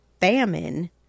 famine